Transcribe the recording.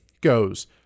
goes